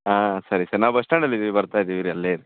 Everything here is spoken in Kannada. ಹಾಂ ಸರಿ ಸರ್ ನಾವು ಬಸ್ ಸ್ಟ್ಯಾಂಡಲ್ಲಿ ಇದೀವಿ ಬರ್ತಾ ಇದೀವಿ ಇರಿ ಅಲ್ಲೆ ಇರಿ